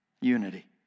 unity